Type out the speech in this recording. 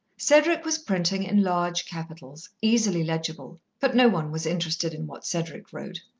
cedric was printing in large capitals, easily legible, but no one was interested in what cedric wrote.